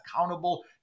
accountable